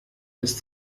ist